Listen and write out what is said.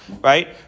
right